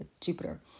Jupiter